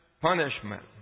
punishment